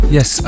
Yes